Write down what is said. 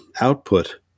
output